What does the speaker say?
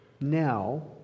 now